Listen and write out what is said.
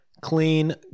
clean